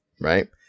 right